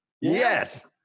Yes